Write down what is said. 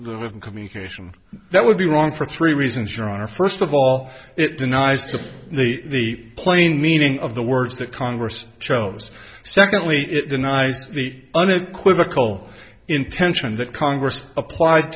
have communication that would be wrong for three reasons your honor first of all it denies them the plain meaning of the words that congress chose secondly it denies the unequivocal intention that congress applied